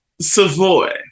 Savoy